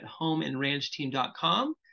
homeandranchteam.com